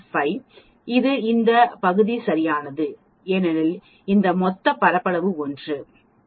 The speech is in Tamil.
5 இது இந்த பகுதி சரியானது ஏனெனில் இந்த மொத்த பரப்பளவு 1